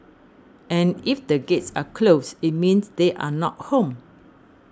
and if the gates are closed it means they are not home